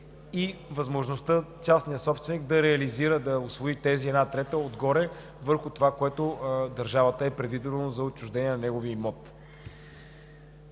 и възможността частният собственик да реализира и да усвои тази една трета отгоре, върху това, което държавата е предвидила за отчуждение на неговия имот.